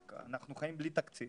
להגיד שאנחנו חיים בלי תקציב